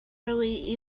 really